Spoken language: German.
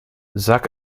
sag